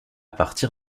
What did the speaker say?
partir